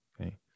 Okay